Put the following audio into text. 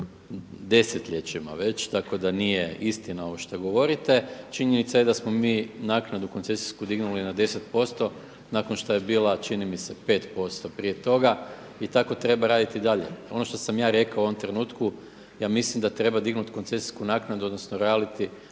desetljećima već, tako da nije istina ovo što govorite. Činjenica je da smo mi naknadu koncesijsku dignuli na 10% nakon što je bila, čini mi se 5% prije toga. I treba raditi i dalje. Ono što sam ja rekao u onom trenutku, ja mislim da treba dignuti koncesijsku naknadu odnosno royalty